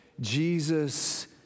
Jesus